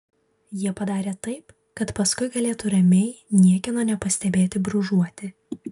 jie padarė taip kad paskui galėtų ramiai niekieno nepastebėti brūžuoti